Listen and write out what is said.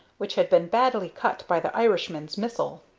which had been badly cut by the irishman's missile.